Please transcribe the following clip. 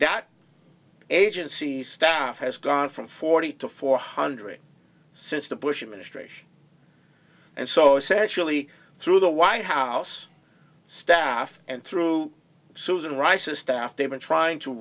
that agency staff has gone from forty to four hundred since the bush administration and so it's actually through the white house staff and through susan rice's staff they've been trying to